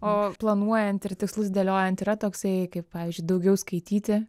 o planuojant ir tikslus dėliojant yra toksai kaip pavyzdžiui daugiau skaityti